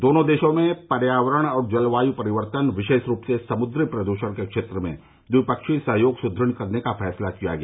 दोनों देर्शो में पर्यावरण और जलवायु परिवर्तन विशेष रूप से समुद्री प्रदूषण के क्षेत्र में द्विपक्षीय सहयोग सुदृढ़ करने का फैसला किया गया